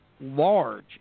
large